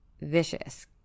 vicious